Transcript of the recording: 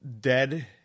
dead